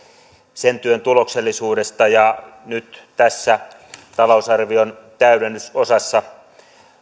sen työn tuloksellisuudesta ja nyt tässä talousarvion täydennysosassa